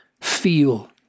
Feel